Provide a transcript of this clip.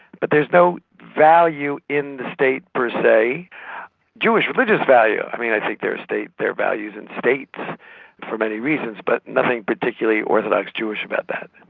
but there's no value in the state per se jewish religious value. i mean, i think there are state, there are values in states for many reasons but nothing particularly orthodox jewish about that.